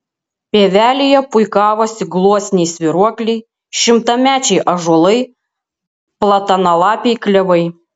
pievelėje puikavosi gluosniai svyruokliai šimtamečiai ąžuolai platanalapiai klevai